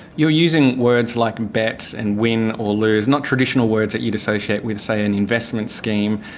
you are using words like bet and win or lose, not traditional words that you'd associate with, say, an investment scheme.